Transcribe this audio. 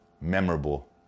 memorable